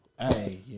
Hey